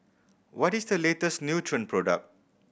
what is the latest Nutren product